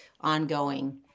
ongoing